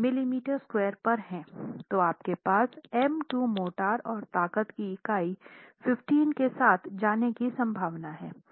mm2 पर हैं तो आपके पास एम 2 मोर्टार और ताकत की इकाई 15 के साथ जाने की संभावना है